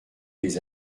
des